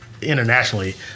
internationally